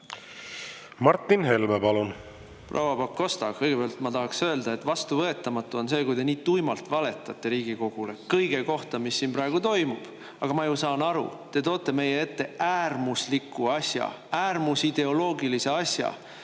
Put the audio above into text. Martin Helme, palun!